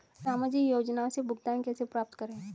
सामाजिक योजनाओं से भुगतान कैसे प्राप्त करें?